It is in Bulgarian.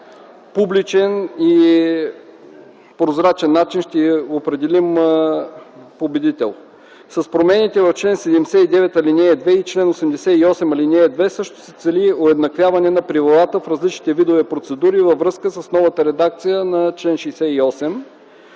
публичен и прозрачен начин ще определим победител. С промените в чл. 79, ал. 2 и чл. 88, ал. 2 също се цели уеднаквяване на правилата в различните видове процедури във връзка с новата редакция на чл.68.